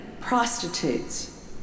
prostitutes